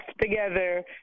together